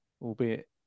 albeit